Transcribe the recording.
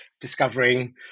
discovering